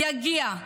יגיע,